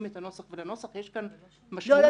את הנוסח ולנוסח יש כאן משמעות -- לא,